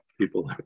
people